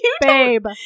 babe